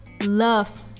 love